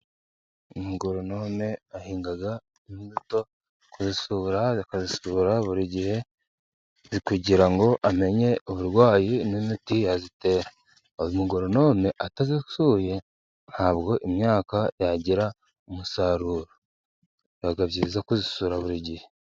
Umugoronone ahinga imbuto kuzisura, akazisura buri gihe kugira ngo amenye uburwayi n'imiti azitera, uyu mugorome atazisuye, ntabwo imyaka yagira umusaruro. Bibaga byiza kuzisura buri gihe.